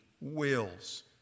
wills